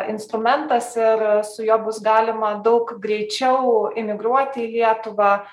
instrumentas ir su juo bus galima daug greičiau imigruoti į lietuvą